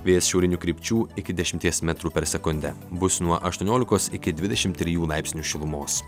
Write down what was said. vėjas šiaurinių krypčių iki dešimties metrų per sekundę bus nuo ašuoniolikos iki dvidešim trijų laipsnių šilumos